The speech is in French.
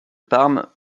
parme